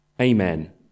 Amen